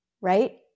right